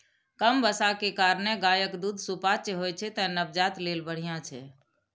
कम बसा के कारणें गायक दूध सुपाच्य होइ छै, तें नवजात लेल बढ़िया छै